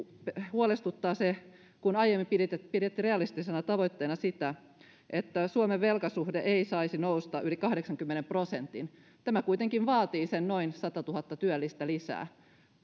huolestuttaa se että kun aiemmin piditte realistisena tavoitteena sitä että suomen velkasuhde ei saisi nousta yli kahdeksankymmenen prosentin niin tämä kuitenkin vaatii sen noin satatuhatta työllistä lisää